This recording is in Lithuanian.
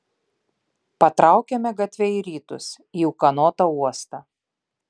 patraukėme gatve į rytus į ūkanotą uostą